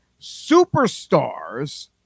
superstars